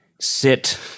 sit